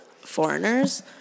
foreigners